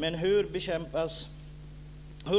Men hur